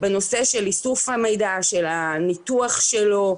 אני מזכירה לכם שהאישור בממשלה עבר בדיוק בשבוע שעבר,